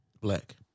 black